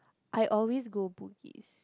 I always go Bugis